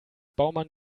baumann